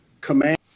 command